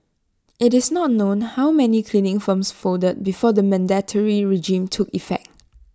IT is not known how many cleaning firms folded before the mandatory regime took effect